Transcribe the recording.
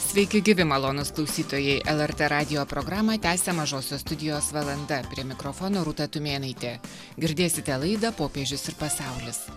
sveiki gyvi malonūs klausytojai lrt radijo programą tęsia mažosios studijos valanda prie mikrofono rūta tumėnaitė girdėsite laidą popiežius ir pasaulis